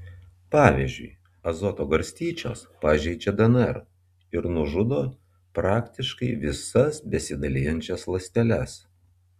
pavyzdžiui azoto garstyčios pažeidžia dnr ir nužudo praktiškai visas besidalijančias ląsteles